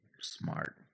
smart